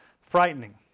frightening